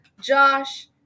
Josh